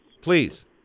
Please